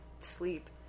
sleep